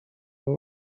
but